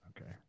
okay